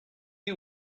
you